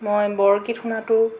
মই বৰগীত শুনাটো